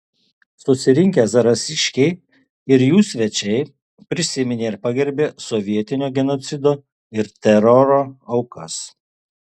susirinkę zarasiškiai ir jų svečiai prisiminė ir pagerbė sovietinio genocido ir teroro aukas